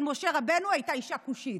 של משה רבנו, הייתה אישה כושית.